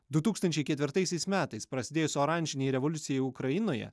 du tūkstančiai ketvirtaisiais metais prasidėjus oranžinei revoliucijai ukrainoje